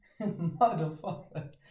Motherfucker